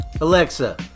Alexa